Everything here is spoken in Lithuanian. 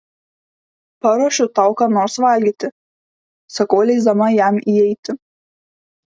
paruošiu tau ką nors valgyti sakau leisdama jam įeiti